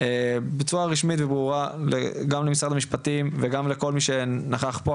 בצורה רשמית וברורה גם למשרד המשפטים וגם לכל מי שנכח פה,